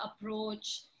approach